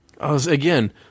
Again